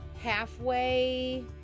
halfway